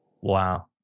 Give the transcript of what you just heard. Wow